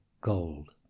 gold